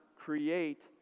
create